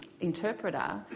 interpreter